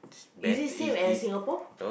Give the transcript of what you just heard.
is it same as Singapore